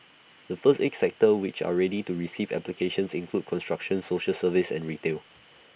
the first eight sectors which are ready to receive applications include construction social services and retail